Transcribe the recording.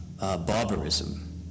barbarism